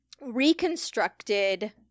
reconstructed